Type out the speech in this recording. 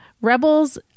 Rebels